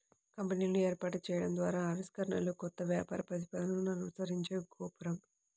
కంపెనీలను ఏర్పాటు చేయడం ద్వారా ఆవిష్కరణలు, కొత్త వ్యాపార ప్రతిపాదనలను అనుసరించే గోపురం